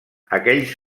aquells